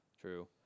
True